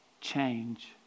change